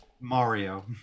Mario